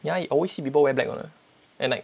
ya you always see people wear back one and like